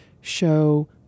show